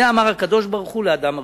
זה אמר הקדוש-ברוך-הוא לאדם הראשון.